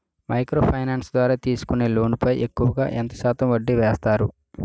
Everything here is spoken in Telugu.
మైక్రో ఫైనాన్స్ ద్వారా తీసుకునే లోన్ పై ఎక్కువుగా ఎంత శాతం వడ్డీ వేస్తారు?